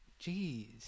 Jeez